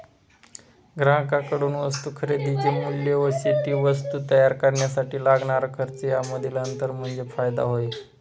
ग्राहकांकडून वस्तू खरेदीचे मूल्य व ती वस्तू तयार करण्यासाठी लागणारा खर्च यामधील अंतर म्हणजे फायदा होय